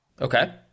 Okay